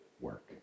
work